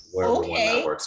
Okay